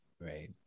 right